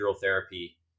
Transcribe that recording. therapy